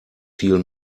viel